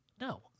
No